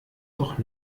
doch